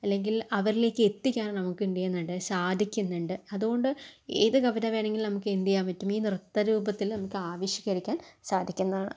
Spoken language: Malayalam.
അല്ലെങ്കിൽ അവരിലേക്ക് എത്തിക്കാനും നമുക്കെന്തെയ്യുന്നുണ്ട് സാധിക്കുന്നുണ്ട് അതുകൊണ്ടു ഏതു കവിത വേണെങ്കിലും നമുക്കെന്തെയ്യാൻ പറ്റും ഈ നൃത്ത രൂപത്തില് നമുക്കാവിഷ്കരിക്കാൻ സാധിക്കുന്നതാണ്